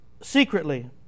secretly